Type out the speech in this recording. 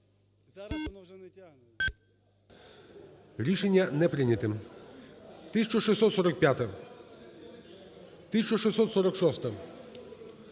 Рішення не прийняте. 1645-а. 1646-а.